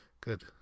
good